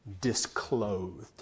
disclothed